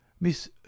Miss